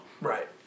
Right